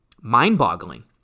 Mind-boggling